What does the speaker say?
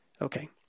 Okay